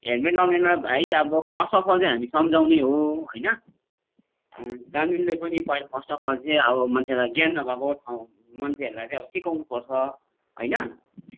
helmet लाउनेलाई भाइ अब फर्स्ट अफ अल चाहिँ हामी सम्झाउने हो होइन कानुनले पनि फर्स्ट अफ अल चाहिँ अब मान्छेलाई ज्ञान नभएको मन्छेहरूलाई चाहिँ अब सिकाउनु पर्छ होइन